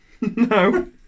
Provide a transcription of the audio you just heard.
No